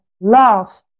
love